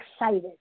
excited